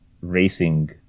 racing